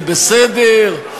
זה בסדר,